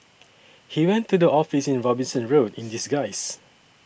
he went to the office in Robinson Road in disguise